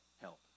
help